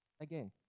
again